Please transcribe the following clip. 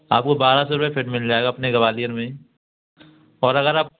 आपको बारह सौ रूपये फिट मिल जाएगा अपने ग्वालियर में और अगर आप